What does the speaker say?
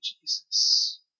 Jesus